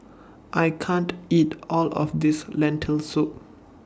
I can't eat All of This Lentil Soup